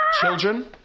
children